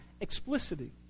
explicitly